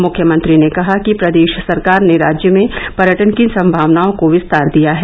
मुख्यमंत्री ने कहा कि प्रदेश सरकार ने राज्य में पर्यटन की संभावनाओं को विस्तार दिया है